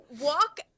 walk